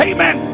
Amen